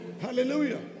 Hallelujah